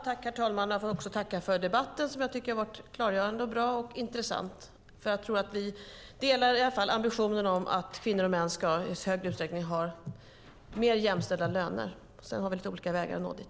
Herr talman! Jag får också tacka för debatten, som jag tycker har varit klargörande, bra och intressant. Jag tror att vi delar ambitionen att kvinnor och män i högre utsträckning ska ha mer jämställda löner. Sedan har vi lite olika vägar att nå dit.